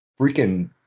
freaking